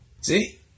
See